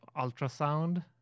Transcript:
ultrasound